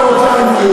עולה ברמת הסיכון שלך.